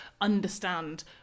understand